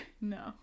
No